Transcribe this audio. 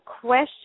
question